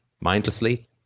mindlessly